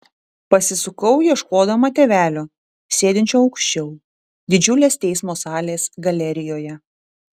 pasisukau ieškodama tėvelio sėdinčio aukščiau didžiulės teismo salės galerijoje